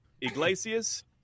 Iglesias